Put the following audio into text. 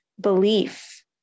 belief